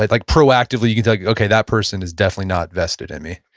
like like proactively you can tell, okay, that person is definitely not vested in me.